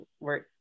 work